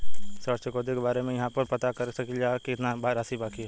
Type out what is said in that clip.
ऋण चुकौती के बारे इहाँ पर पता कर सकीला जा कि कितना राशि बाकी हैं?